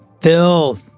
Phil